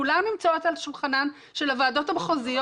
כולן נמצאות על שולחנן של הוועדות המחוזיות